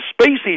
species